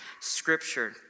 scripture